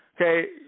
Okay